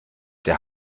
der